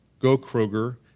Gokroger